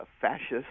fascist